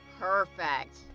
Perfect